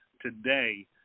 today